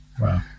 Wow